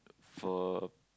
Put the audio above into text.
for